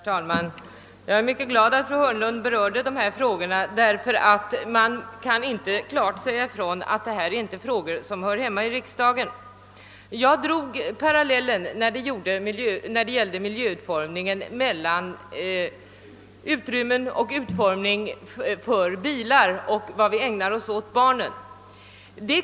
Herr talman! Jag är mycket glad över att fru Hörnlund berörde dessa frågor, ty man kan inte klart säga att inte miljöns utformning hör hemma i riksdagen. Jag drog parallellen mellan vilka utrymmen vi i miljöutformningen ägnar bilarna och de utrymmen vi ägnar barnen.